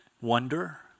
wonder